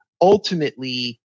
ultimately